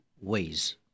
ways